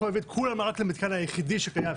להביא את כולם רק למתקן היחידי שקיים,